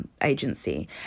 agency